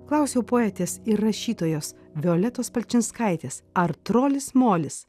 klausiau poetės ir rašytojos violetos palčinskaitės ar trolis molis